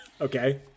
Okay